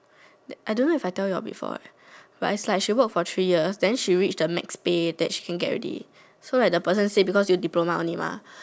I don't know if I tell you before it is like she work for three years then she get the max pay she can get already then the person say because you diploma only mah